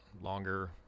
longer